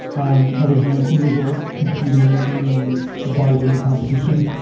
um i was nineteen years old competing in a bodybuilding competition,